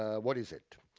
what is it.